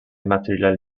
material